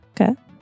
Okay